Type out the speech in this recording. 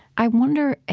i wonder,